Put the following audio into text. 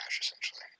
essentially